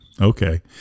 Okay